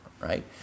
right